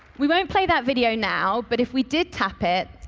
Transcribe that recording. we won't play that video now, but if we did tap it,